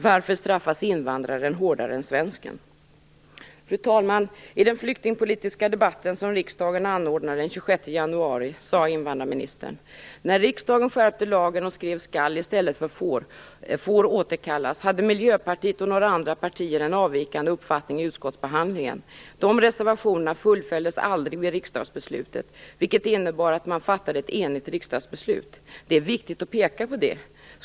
Varför straffas invandraren hårdare än svensken? Fru talman! I den flyktingpolitiska debatten som riksdagen anordnade den 26 januari sade invandrarministern: återkallas i stället för ́får ́ återkallas hade Miljöpartiet och några andra partier en avvikande uppfattning i utskottsbehandlingen. Det är viktigt att peka på det.